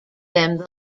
them